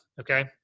okay